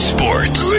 Sports